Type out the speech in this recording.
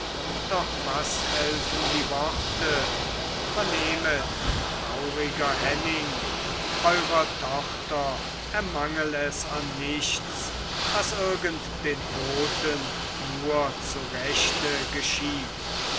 doch was helfen die worte vernehmet trauriger henning eurer tochter ermangl es an nichts was irgend den toten nur zu rechte geschieht